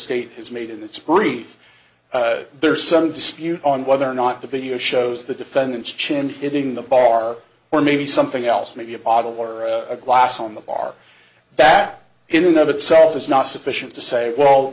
state has made in its brief there's some dispute on whether or not the video shows the defendant chained it in the bar or maybe something else maybe a bottle or a glass on the bar that in of itself is not sufficient to say well